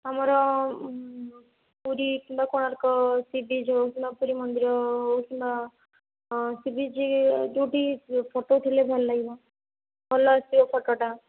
ଆମର ପୁରୀ କିମ୍ବା Konark sea beach ଯେଉଁ ମନ୍ଦିର ହେଉ କିମ୍ବା ସି ବିଚ୍ ଯେଉଁଠି ଫଟୋ ଉଠେଇଲେ ଭଲ ଲାଗିବ ଭଲ ଆସିବ ଫୋଟଟା